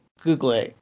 Google